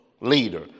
leader